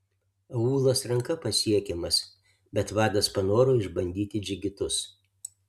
aūlas ranka pasiekiamas bet vadas panoro išbandyti džigitus